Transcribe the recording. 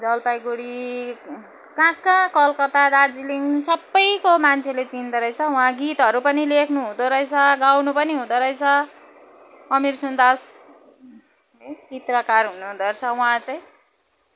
जलपाइगुडी कहाँ कहाँ कलकत्ता दार्जिलिङ सबैको मान्छेले चिन्दोरहेछ उहाँ गीतहरू पनि लेख्नुहुँदो रहेछ गाउनु पनि हुँदोरहेछ अमीर सुन्दास चित्रकार हुनुहुँदो रहेछ उहाँ चाहिँ